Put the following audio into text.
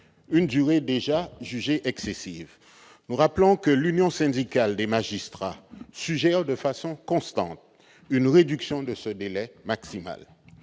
une durée déjà jugée excessive. Nous rappelons que l'Union syndicale des magistrats suggère, de façon constante, une réduction de ce délai maximal.